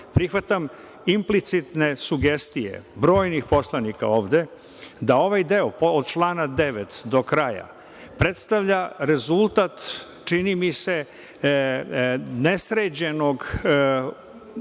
prihvatam implicitne sugestije brojnih poslanika ovde, da ovaj deo od člana 9. do kraja, predstavlja rezultat, čini mi se, nesređenog navođenja